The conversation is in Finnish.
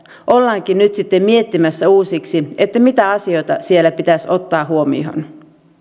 ollaankin nyt sitten miettimässä käytänteitä miettimässä uusiksi että mitä asioita siellä pitäisi ottaa huomioon